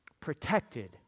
protected